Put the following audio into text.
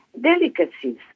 delicacies